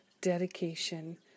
dedication